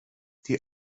die